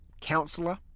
Counselor